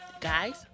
guys